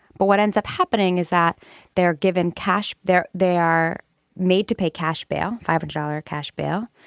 but what ends up happening is that they are given cash there. they are made to pay cash bail. five dollar cash bail.